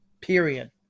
Period